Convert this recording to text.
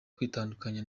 kwitandukanya